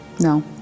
no